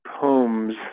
poems